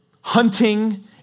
hunting